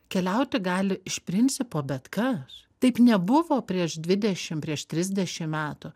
keliauti gali iš principo bet kas taip nebuvo prieš dvidešim prieš trisdešim metų